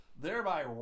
thereby